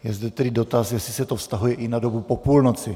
Je zde tedy dotaz, jestli se to vztahuje i na dobu po půlnoci.